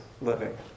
living